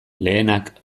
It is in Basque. lehenak